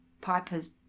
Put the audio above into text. pipers